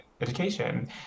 education